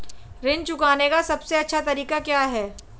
ऋण चुकाने का सबसे अच्छा तरीका क्या है?